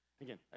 again